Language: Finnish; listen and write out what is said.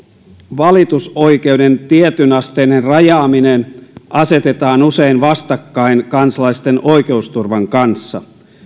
valitusoikeuden tietynasteinen rajaaminen asetetaan usein vastakkain kansalaisten oikeusturvan kanssa